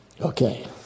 Okay